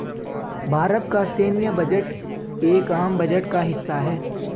भारत का सैन्य बजट एक आम बजट का हिस्सा है